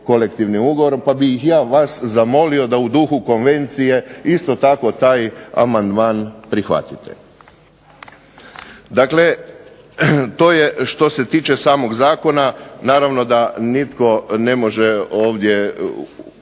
kolektivnim u govorom pa bih ja vas zamolio da u duhu konvencije isto tako taj amandman prihvatite. Dakle, to je što se tiče samog zakona. Naravno da nitko ne može ovdje o